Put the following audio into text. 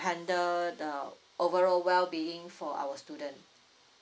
handle the overall wellbeing for our student